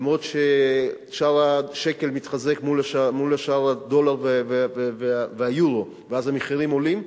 למרות ששער השקל התחזק מול שער הדולר והיורו ואז המחירים עולים,